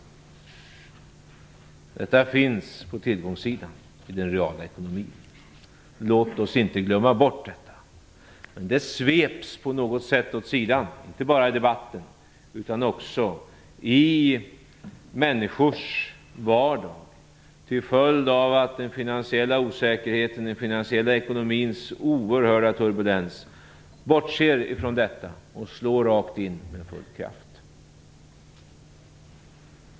Detta finns på tillgångssidan i den reala ekonomin. Låt oss inte glömma bort detta! Men det sveps på något sätt åt sidan, inte bara i debatten utan också i människors vardag, till följd av att den finansiella osäkerheten, den finansiella ekonomins oerhörda turbulens bortser från detta och slår rakt in med full kraft.